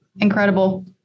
Incredible